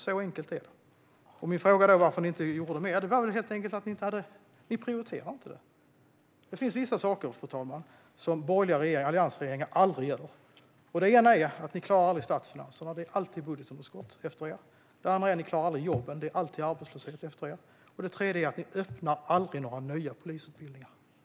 Så enkelt är det. Varför gjorde ni inte mer? För att ni inte prioriterade det. Det finns vissa saker som borgerliga regeringar aldrig gör. För det första klarar ni aldrig statsfinanserna, så det är alltid budgetunderskott efter er. För det andra klarar ni aldrig jobben, så det är alltid arbetslöshet efter er. För det tredje startar ni aldrig några nya polisutbildningar.